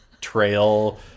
trail